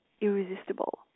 irresistible